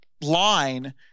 line